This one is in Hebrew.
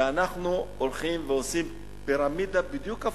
ואנחנו הולכים ועושים פירמידה בדיוק הפוכה,